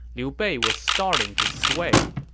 liu bei was starting to sway,